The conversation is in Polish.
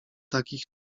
takich